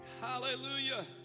Hallelujah